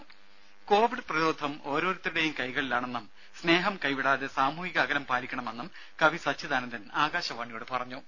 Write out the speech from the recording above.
രുഭ കൊവിഡ് പ്രതിരോധം ഓരോരുത്തരുടെയും കൈകളിലാണെന്നും സ്നേഹം കൈവിടാതെ സാമൂഹ്യ അകലം പാലിക്കണമെന്നും കവി സച്ചിദാനന്ദൻ ആകാശവാണിയോട് പറഞ്ഞു